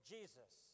Jesus